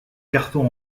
carton